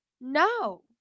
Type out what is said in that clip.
no